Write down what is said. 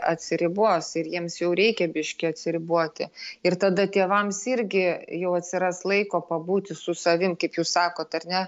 atsiribos ir jiems jau reikia biški atsiriboti ir tada tėvams irgi jau atsiras laiko pabūti su savim kaip jūs sakot ar ne